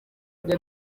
ibyo